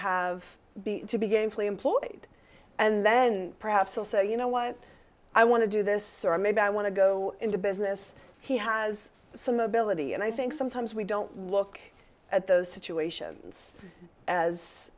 have to be gainfully employed and then perhaps will say you know what i want to do this or maybe i want to go into business he has some ability and i think sometimes we don't look at those situations as